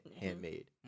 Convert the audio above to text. handmade